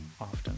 often